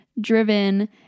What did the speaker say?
driven